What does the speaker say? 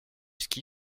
ski